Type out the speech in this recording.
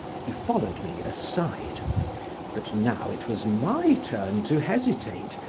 he followed me aside but now it was my turn to hesitate,